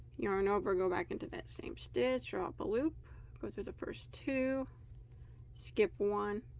yarn over go back into that same stitch draw up a loop go through the first two skip one